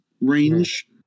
range